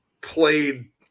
played